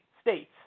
states